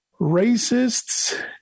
Racists